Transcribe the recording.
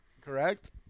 Correct